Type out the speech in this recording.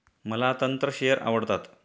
मला तंत्र शेअर आवडतात